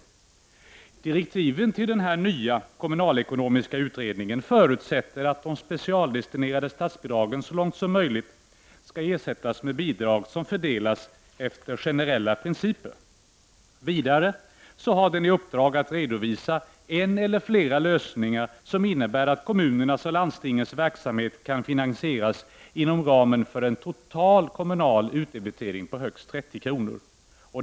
I direktiven till den nya kommunalekonomiska utredningen förutsätts att de specialdestinerade statsbidragen så långt som möjligt skall ersättas med bidrag som fördelas efter generella principer. Vidare har utredningen i uppdrag att redovisa en eller flera lösningar som innebär att kommunernas och landstingens verksamhet kan finansieras inom ramen för en total kommunal utdebitering om högst 30 kr.